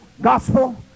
gospel